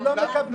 לא מקבלים.